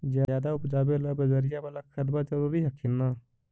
ज्यादा उपजाबे ला बजरिया बाला खदबा जरूरी हखिन न?